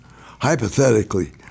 hypothetically